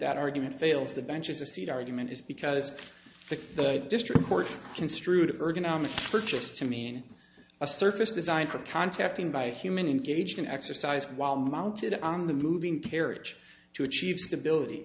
that argument fails the bench is a seed argument is because the district court construed ergonomic purchase to mean a surface designed for contacting by a human engaged in exercise while mounted on the moving carriage to achieve stability